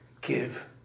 give